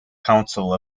council